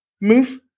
move